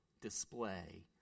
display